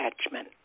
attachment